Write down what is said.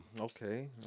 okay